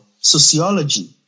sociology